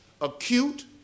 acute